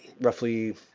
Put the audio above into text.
roughly